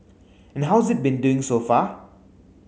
and how's it been doing so far